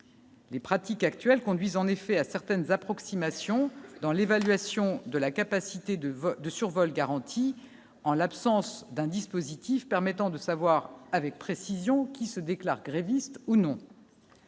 les pratiques actuelles conduisent en effet à certaines approximations dans l'évaluation de la capacité de de survol garantie en l'absence d'un dispositif permettant de savoir avec précision qui se déclarent grévistes ou non.